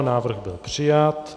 Návrh byl přijat.